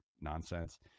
nonsense